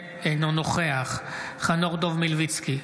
אינו נוכח חנוך דב מלביצקי,